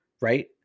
right